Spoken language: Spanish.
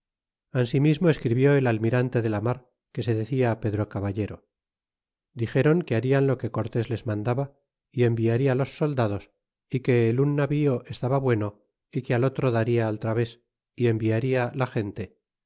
ansimismo escribió el almirante de la mar que se decia pedro caballero y dixeron que harian lo que cortes les mandaba enviaria los soldados e que el un navío estaba bueno y que al otro daria al traves y enviaria la gente